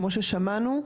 כמו ששמענו,